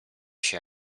się